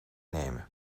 nemen